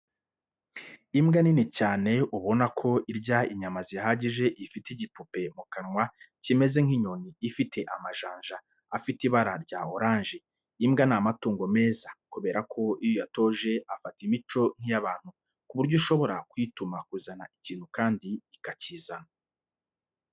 Imbwa nini cyane ubona ko irya inyama zihagije ifite igipupe mu kanwa kimeze nk'inyoni ifite amajanja afite ibara rya oranje. Imbwa ni amatungo meza kubera ko iyo uyatoje afata imico nk'iy'abantu ku buryo ushobora kuyituma kuzana ikintu kandi ikakizana.